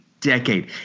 Decade